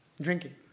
drinking